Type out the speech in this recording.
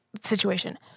situation